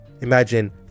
imagine